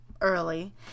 early